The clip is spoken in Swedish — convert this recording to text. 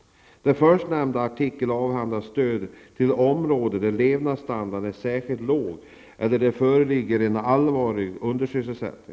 Den förstnämnda artikeln avhandlar stöd till områden där levnadsstandarden är särskilt låg eller där det föreligger en allvarlig undersysselsättning.